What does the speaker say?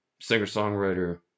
singer-songwriter